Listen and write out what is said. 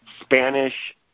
Spanish